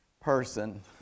person